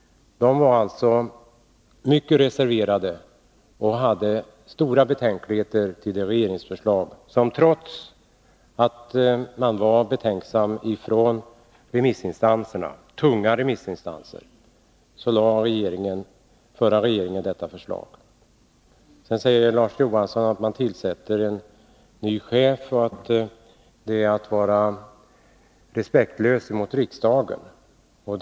De var mycket reserverade och hade stora betänkligheter till det förslag som den förra regeringen lade fram — trots att tunga remissinstanser var betänksamma. Sedan säger Larz Johansson att det är respektlöst mot riksdagen att tillsätta en ny chef.